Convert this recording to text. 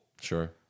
Sure